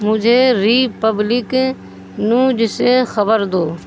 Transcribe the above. مجھے Republic news سے خبر دو